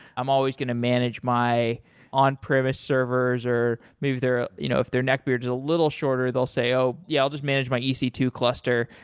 i'm always going to manage my on premise servers, or maybe you know if their neck beards a little shorter they'll say, oh, yeah. i'll just manage my e c two cluster.